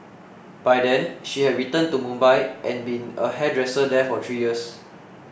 by then she had returned to Mumbai and been a hairdresser there for three years